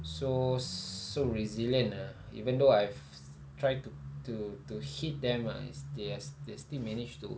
so so resilient ah even though I've tried to to to hit them ah is they as they still manage to